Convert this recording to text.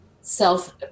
self